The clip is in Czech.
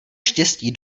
štěstí